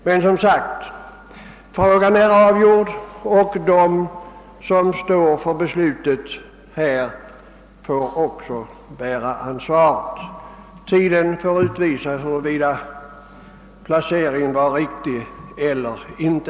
Men, som sagt, frågan är avgjord och de som fattat beslutet här får också bära ansvaret. Tiden får utvisa huruvida placeringen är riktig eller inte.